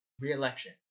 re-election